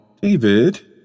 David